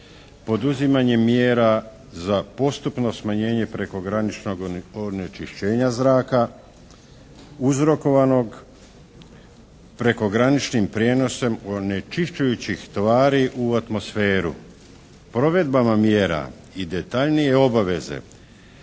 poduzimanjem mjera za postupno smanjenje prekograničnog onečišćenja zraka uzrokovanog prekograničnim prijenosom onečišćujućih tvari u atmosferu. Provedbama mjera i detaljnije obaveze